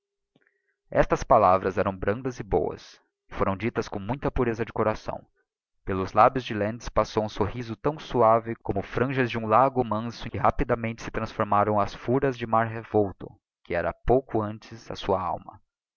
estas palavras eram brandas e boas e foram ditas com muita pureza de coração pelos lábios de lentz passou um sorriso tão suave como franjas de um lago manso em que rapidamente se transformaram as fúrias de mar revolto que era pouco antes a sua alma